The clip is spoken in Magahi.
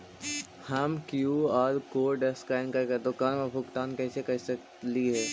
हम कियु.आर कोड स्कैन करके दुकान में भुगतान कैसे कर सकली हे?